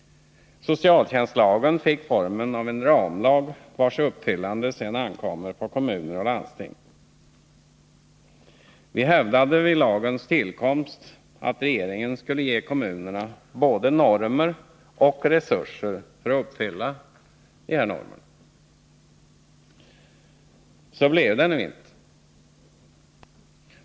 Socialtjänstlagen fick formen av en ramlag, vars uppfyllande sedan ankommer på kommuner och landsting. Vid lagens tillkomst hävdade vi att regeringen borde ge kommunerna normer och också resurser för att uppfylla dessa. Så blev det nu inte.